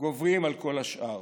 גוברים על כל השאר.